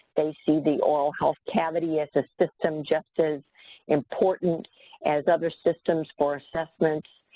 they see the oral health cavity as a system just as important as other systems or assessments.